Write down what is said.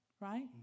Right